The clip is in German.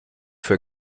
für